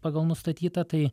pagal nustatytą tai